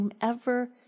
whomever